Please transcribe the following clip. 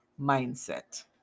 mindset